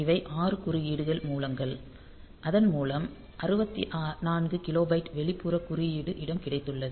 இவை 6 குறுக்கீடு மூலங்கள் அதன் மூலம் 64 கிலோபைட் வெளிப்புற குறியீடு இடம் கிடைத்துள்ளது